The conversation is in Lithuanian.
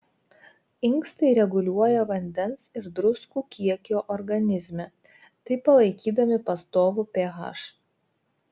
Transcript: inkstai reguliuoja vandens ir druskų kiekį organizme taip palaikydami pastovų ph